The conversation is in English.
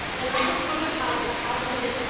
the lack of protocols of how students,